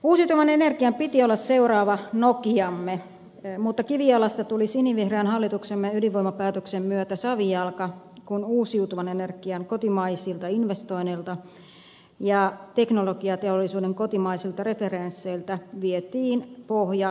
uusiutuvan energian piti olla seuraava nokiamme mutta kivijalasta tuli sinivihreän hallituksemme ydinvoimapäätöksen myötä savijalka kun uusiutuvan energian kotimaisilta investoinneilta ja teknologiateollisuuden kotimaisilta referensseiltä vietiin pohja lisäydinvoimaratkaisun myötä